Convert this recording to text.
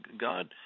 God